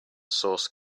source